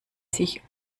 sich